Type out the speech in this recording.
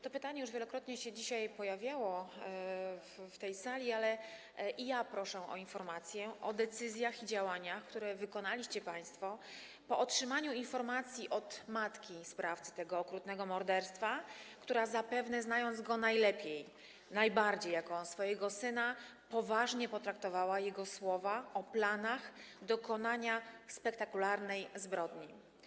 To pytanie już wielokrotnie dzisiaj się pojawiało w tej sali, ale i ja proszę o informację o decyzjach i działaniach, jakie państwo wykonaliście po otrzymaniu informacji od matki sprawcy tego okrutnego morderstwa, która zapewne, znając go najlepiej, najbardziej jako swojego syna, poważnie potraktowała jego słowa o planach dokonania spektakularnej zbrodni.